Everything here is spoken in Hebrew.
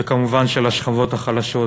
וכמובן של השכבות החלשות.